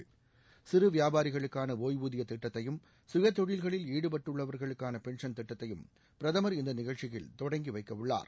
வயதைக் கடந்த பிறகு மாதம் சிறு வியாபாரிகளுக்கான ஒய்வூதிய திட்டத்தையும் சுயதொழில்களில் ஈடுபட்டுள்ளவர்களுக்கான் பென்சன் திட்டத்தையும் பிரதமர் இந்த நிகழ்ச்சியில் தொடங்கி வைக்கவுள்ளார்